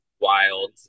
wild